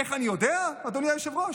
איך אני יודע, אדוני היושב-ראש?